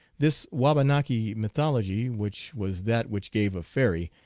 this waba naki mythology, which was that which gave a fairy,